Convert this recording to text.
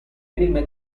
prime